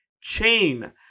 chain